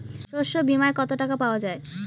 শস্য বিমায় কত টাকা পাওয়া যায়?